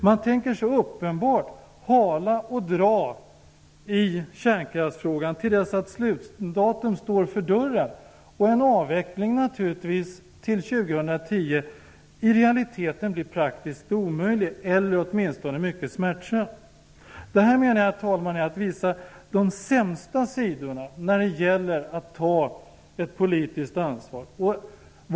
Man tänker helt uppenbart hala och dra i kärnkraftsfrågan till dess att slutdatum står för dörren och en avveckling till 2010 i realiteten blir praktiskt omöjlig eller åtminstone mycket smärtsam. Detta menar jag, herr talman, är att visa de sämsta sidorna när det gäller att ta ett politiskt ansvar.